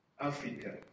Africa